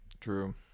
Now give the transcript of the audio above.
True